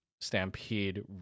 Stampede